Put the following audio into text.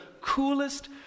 coolest